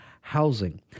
housing